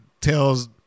tells